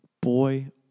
boy